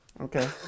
Okay